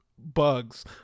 bugs